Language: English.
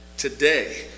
Today